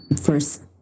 First